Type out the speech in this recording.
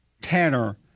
Tanner